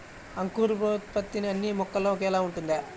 అంకురోత్పత్తి అన్నీ మొక్కలో ఒకేలా ఉంటుందా?